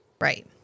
Right